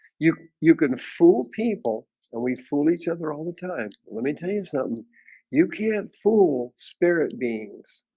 you you can fool people and we fool each other all the time, let me tell you something you can't fool spirit beings